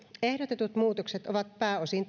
ehdotetut muutokset ovat pääosin